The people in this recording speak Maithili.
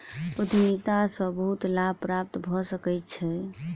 उद्यमिता सॅ बहुत लाभ प्राप्त भ सकै छै